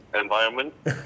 environment